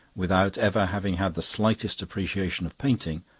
without ever having had the slightest appreciation of painting,